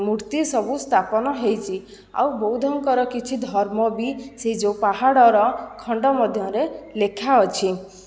ମୂର୍ତ୍ତି ସବୁ ସ୍ଥାପନ ହୋଇଛି ଆଉ ବୌଦ୍ଧଙ୍କର କିଛି ଧର୍ମ ବି ସେ ଯେଉଁ ପାହାଡ଼ର ଖଣ୍ଡ ମଧ୍ୟରେ ଲେଖା ଅଛି